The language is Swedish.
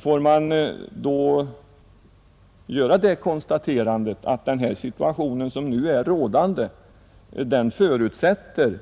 Får man då göra det konstaterandet att den situation som nu råder förutsätter